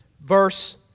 Verse